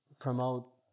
promote